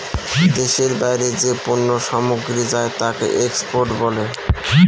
দেশের বাইরে যে পণ্য সামগ্রী যায় তাকে এক্সপোর্ট বলে